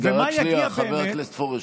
רגע, רק שנייה, חבר הכנסת פורר.